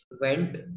went